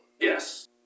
Yes